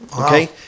Okay